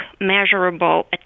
measurable